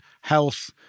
health